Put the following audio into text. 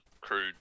crude